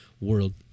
world